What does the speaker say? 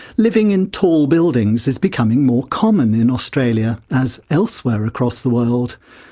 living in tall buildings is becoming more common in australia, as elsewhere across the world.